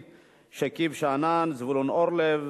בבקשה, אדוני,